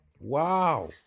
Wow